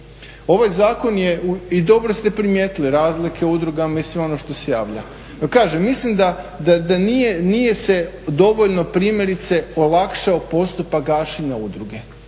Ovaj zakon je, i dobro ste primijetili razlike u udrugama i sve ono što se javlja. No, kažem, mislim da nije se dovoljno primjerice olakšao postupak gašenja udruge,